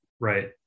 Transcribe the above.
right